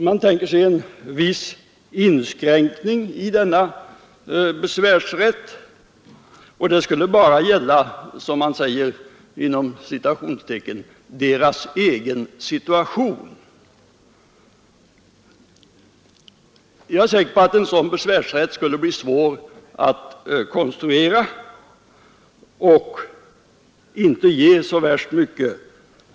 Man tänker sig en viss inskränkning i denna besvärsrätt, och den skulle bara gälla, som man säger, ”deras egen situation”. Jag är säker på att en sådan besvärsrätt skulle bli svår att konstruera och inte ge så värst mycket.